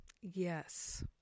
Yes